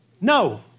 no